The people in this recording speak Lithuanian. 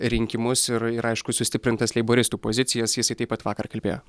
rinkimus ir ir aišku sustiprintas leiboristų pozicijas jisai taip pat vakar kalbėjo